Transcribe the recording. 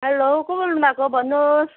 hello को बोल्नु भएको भन्नुहोस्